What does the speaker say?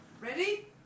ready